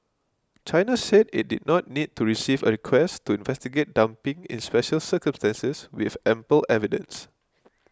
China said it did not need to receive a request to investigate dumping in special circumstances with ample evidence